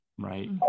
Right